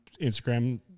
Instagram